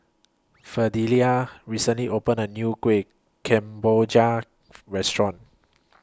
Fidelia recently opened A New Kueh Kemboja Restaurant